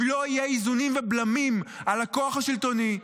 אם לא יהיו איזונים ובלמים על הכוח השלטוני,